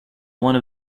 one